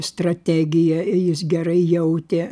strategiją jis gerai jautė